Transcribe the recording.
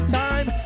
time